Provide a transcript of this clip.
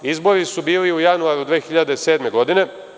Izbori su bili u januaru 2007. godine.